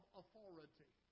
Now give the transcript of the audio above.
authority